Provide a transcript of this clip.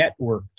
networked